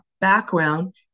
background